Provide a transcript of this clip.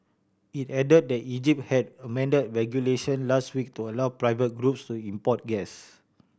it add that the Egypt had amend regulation last week to allow private groups to import gas